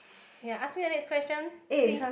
ya ask me the next question please